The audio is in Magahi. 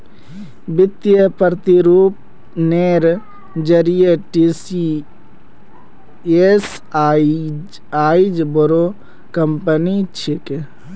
वित्तीय प्रतिरूपनेर जरिए टीसीएस आईज बोरो कंपनी छिके